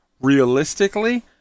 realistically